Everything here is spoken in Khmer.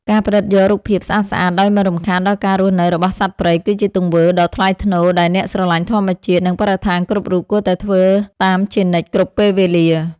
ការផ្ដិតយករូបភាពស្អាតៗដោយមិនរំខានដល់ការរស់នៅរបស់សត្វព្រៃគឺជាទង្វើដ៏ថ្លៃថ្នូរដែលអ្នកស្រឡាញ់ធម្មជាតិ និង បរិស្ថានគ្រប់រូបគួរតែធ្វើតាមជានិច្ចគ្រប់ពេលវេលា។